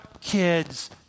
kids